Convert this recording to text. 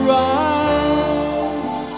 rise